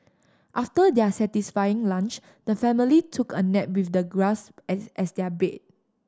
after their satisfying lunch the family took a nap with the grass as as their bed